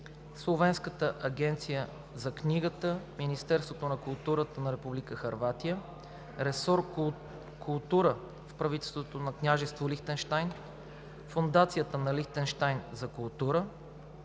Словенската агенция за книгата, Министерството на културата на Република Хърватия, Ресор „Култура“ в правителството на Княжество Лихтенщайн, Фондацията на Лихтенщайн за култура,